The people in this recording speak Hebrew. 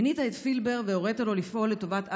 מינית את פילבר והורית לו לפעול לטובת אלוביץ'